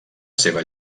seva